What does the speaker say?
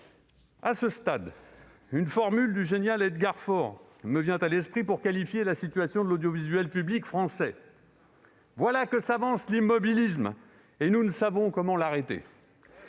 À ce stade, une formule du génial Edgar Faure me vient à l'esprit pour qualifier la situation de l'audiovisuel public français :« Voilà que s'avance l'immobilisme, et nous ne savons comment l'arrêter.